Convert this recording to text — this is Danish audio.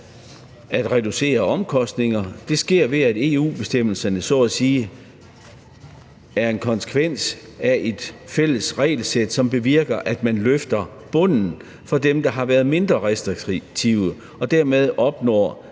at reducere omkostningerne. Det sker, ved at EU-bestemmelserne så at sige er en konsekvens af et fælles regelsæt, som bevirker, at man løfter bunden for dem, der har været mindre restriktive, og dermed opnår